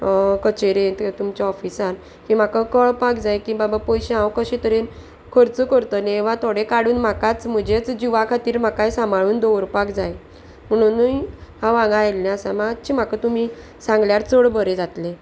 कचेरेंत तुमच्या ऑफिसान की म्हाका कळपाक जाय की बाबा पयशे हांव कशें तरेन खर्च करतले वा थोडे काडून म्हाकाच म्हजेच जिवा खातीर म्हाकाय सांबाळून दवरपाक जाय म्हणुनूय हांव हांगा आयिल्लें आसा मातशें म्हाका तुमी सांगल्यार चड बरें जातलें